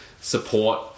support